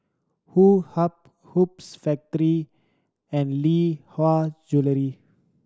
Woh Hup Hoops Factory and Lee Hwa Jewellery